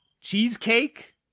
Cheesecake